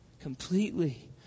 completely